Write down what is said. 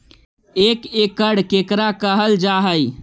एक एकड़ केकरा कहल जा हइ?